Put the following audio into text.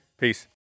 Peace